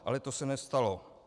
Ale to se nestalo.